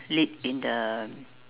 lead in the